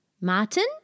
Martin